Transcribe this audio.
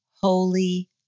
holy